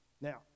Now